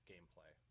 Gameplay